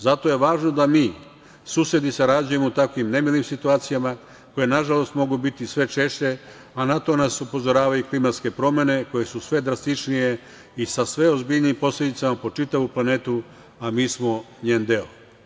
Zato je važno da mi susedi sarađujemo u takvim nemilim situacijama koje, nažalost, mogu biti sve češće, a na to nas upozoravaju i klimatske promene koje su sve drastičnije i sa sve ozbiljnijim posledicama po čitavu planetu, a mi smo njen deo.